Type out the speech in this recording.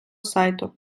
сайту